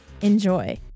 Enjoy